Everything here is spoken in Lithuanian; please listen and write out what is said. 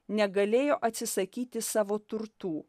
negalėjo atsisakyti savo turtų